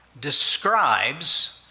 describes